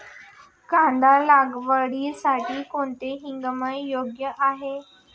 कांदा लागवडीसाठी कोणता हंगाम योग्य आहे?